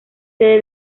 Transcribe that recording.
sede